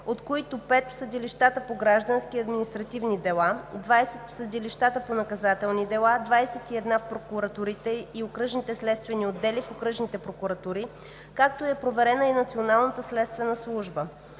от които пет в съдилищата по граждански и административни дела, 20 в съдилищата по наказателни дела, 21 в прокуратурите и окръжните следствени отдели в окръжните прокуратури, както и е проверена и Националната следствена служба.